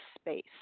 space